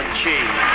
cheese